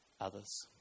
others